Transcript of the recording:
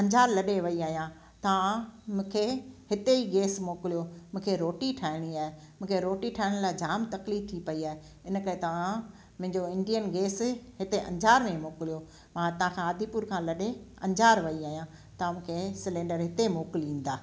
अंजार लॾे वेई आहियां तव्हां मूंखे हिते ई गैस मोकिलियो मूंखे रोटी ठाहिणी आहे मूंखे रोटी ठाहिण जा जाम तकलीफ़ थी पेई आहे इनकरे तव्हां मुंहिंजो इंडियन गैस हिते अंजार में मोकिलियो मां हितां खां आदिपुर खां लॾे अंजार वेई आहियां तव्हां मूंखे गैस सिलेंडर हिते मोकिलींदा